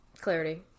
Clarity